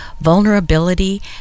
Vulnerability